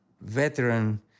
veteran